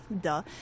duh